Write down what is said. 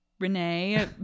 Renee